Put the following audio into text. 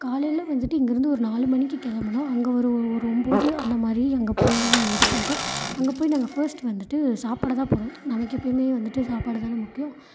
காலையில் வந்துட்டு இங்கேருந்து ஒரு நாலு மணிக்கு கிளம்புனோம் அங்கே ஒரு ஒரு ஒம்பது அந்த மாதிரி அங்கே போய் இது பண்ணிட்டோம் அங்கே போய் நாங்கள் ஃபஸ்ட் வந்துட்டு சாப்பிடதான் போனோம் நமக்கு எப்பையுமே வந்துட்டு சாப்பாடுதானே முக்கியம்